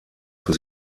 für